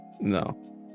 No